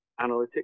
analytics